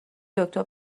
دکتر